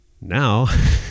Now